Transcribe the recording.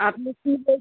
আপনি কি দে